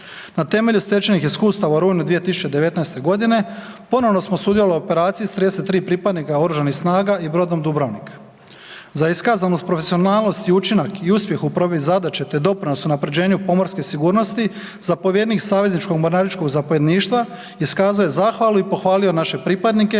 Na temelju stečenih iskustava u rujnu 2019. g., ponovno smo sudjelovali u operaciji s 33 pripadnika Oružanih snaga i brodom Dubrovnik. Za iskazanu profesionalnosti i učinak i uspjeh u provedbi zadaće te doprinos unaprjeđenju pomorske sigurnosti, zapovjednik savezničkog mornaričkog zapovjedništva iskazao je zahvalu i pohvalio naše pripadnike